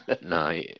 No